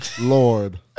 lord